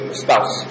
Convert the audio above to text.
spouse